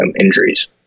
injuries